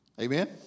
Amen